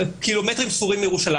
קילומטרים ספורים מירושלים.